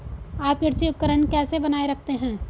आप कृषि उपकरण कैसे बनाए रखते हैं?